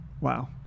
Wow